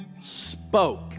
Spoke